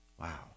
Wow